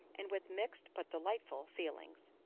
and with mixed but delightful feelings.